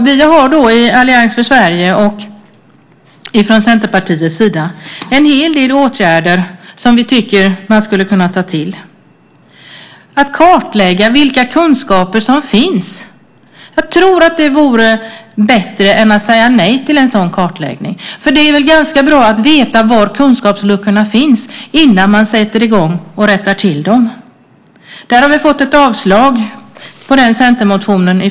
Vi har i Allians för Sverige och från Centerpartiets sida en hel del åtgärder som vi tycker att man skulle kunna ta till. Att kartlägga vilka kunskaper som finns vore bättre än att säga nej till en sådan kartläggning. Det är väl bra att veta var kunskapsluckorna finns innan man sätter i gång och rättar till dem. Majoriteten har yrkat avslag på den centermotionen.